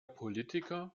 politiker